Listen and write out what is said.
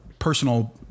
personal